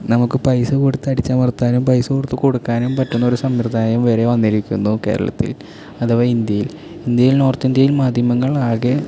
നമുക്ക് പൈസ കൊടുത്ത് അടിച്ചമർത്താനും പൈസ കൊടുത്തു കൊടുക്കാനും പറ്റുന്ന ഒരു സമ്പ്രദായം വരെ വന്നിരിക്കുന്നു കേരളത്തിൽ അഥവാ ഇന്ത്യയിൽ ഇന്ത്യയിൽ നോർത്ത് ഇന്ത്യയിൽ മാധ്യമങ്ങൾ ആകെ